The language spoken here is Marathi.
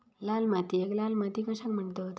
लाल मातीयेक लाल माती कशाक म्हणतत?